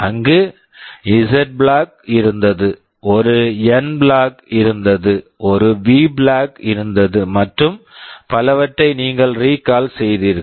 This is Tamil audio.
அங்கு இசட் Z பிளாக் flag இருந்தது ஒரு என் N பிளாக் flag இருந்தது ஒரு வி V பிளாக் flag இருந்தது மற்றும் பலவற்றை நீங்கள் ரீக்கால் recall செய்தீர்கள்